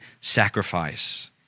sacrifice